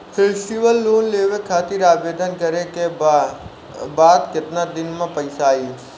Festival loan लेवे खातिर आवेदन करे क बाद केतना दिन म पइसा आई?